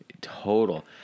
Total